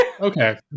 Okay